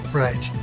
right